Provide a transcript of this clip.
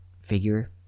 figure